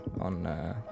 on